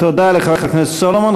תודה לחבר הכנסת סולומון.